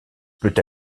peut